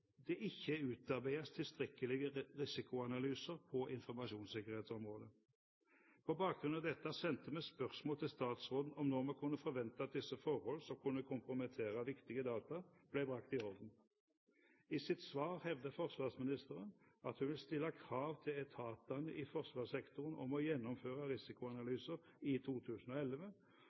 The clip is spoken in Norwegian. det ikke utarbeides tilstrekkelige risikoanalyser på informasjonssikkerhetsområdet. På bakgrunn av dette sendte vi spørsmål til statsråden om når vi kunne forvente at disse forhold, som kunne kompromittere viktige data, ble brakt i orden. I sitt svar hevder forsvarsministeren at hun vil stille krav til etatene i forsvarssektoren om å gjennomføre risikoanalyser i 2011,